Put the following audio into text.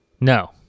No